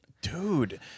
dude